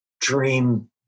dream